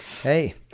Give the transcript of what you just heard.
Hey